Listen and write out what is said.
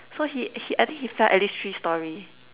so he he I think he fell at least three storey